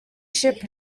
ship